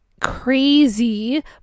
crazy